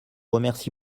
remercie